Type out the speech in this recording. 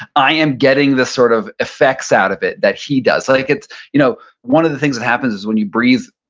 i am getting the sort of effects out of it that he does. like it's you know one of the things that happens is, when you breathe,